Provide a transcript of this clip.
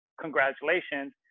congratulations